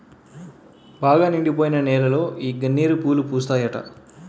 బాగా నిండిపోయిన నేలలో ఈ గన్నేరు పూలు పూస్తాయట